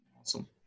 Awesome